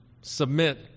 submit